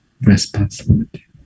responsibility